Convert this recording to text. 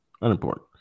Unimportant